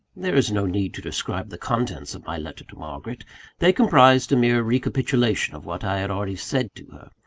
there is no need to describe the contents of my letter to margaret they comprised a mere recapitulation of what i had already said to her.